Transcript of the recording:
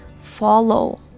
follow